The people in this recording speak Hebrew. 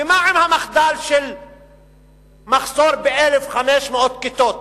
ומה עם המחדל של מחסור ב-1,500 כיתות?